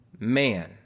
man